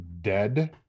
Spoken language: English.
dead